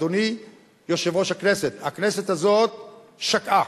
אדוני יושב-ראש הכנסת, הכנסת הזאת שקעה.